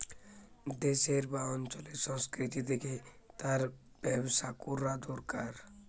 দেশের বা অঞ্চলের সংস্কৃতি দেখে তার ব্যবসা কোরা দোরকার